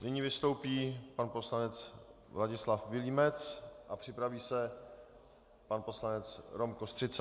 Nyní vystoupí pan poslanec Vladislav Vilímec a připraví se pan poslanec Rom Kostřica.